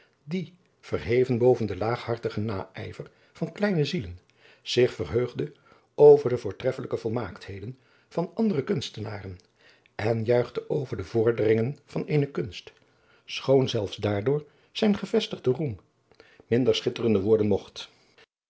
die verheven boven den laaghartigen naijver van kleine zielen zich verheugde over de voortreffelijke volmaaktheden van andere kurstenaren en juichte over de vorderingen van eene kunst schoon zelfs daardoor zijn gevestigde roem minder schitterende worden mogt